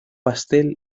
pastel